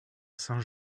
saint